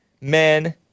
men